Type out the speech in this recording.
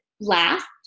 last